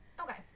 Okay